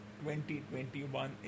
2021